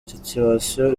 situation